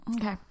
Okay